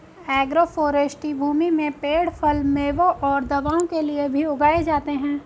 agroforestry भूमि में पेड़ फल, मेवों और दवाओं के लिए भी उगाए जाते है